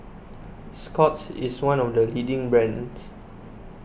Scott's is one of the leading brands